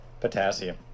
potassium